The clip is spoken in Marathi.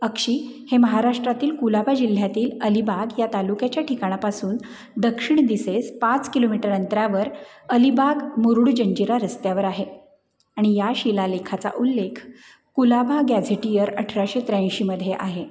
अक्षी हे महाराष्ट्रातील कुलाबा जिल्ह्यातील अलिबाग या तालुक्याच्या ठिकाणापासून दक्षिण दिशेस पाच किलोमीटर अंतरावर अलिबाग मुरुड जंजिरा रस्त्यावर आहे आणि या शिलालेखाचा उल्लेख कुलाबा गॅझेटीयर अठराशे त्र्याऐंशीमध्ये आहे